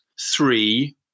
three